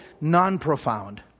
non-profound